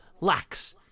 lacks